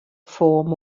form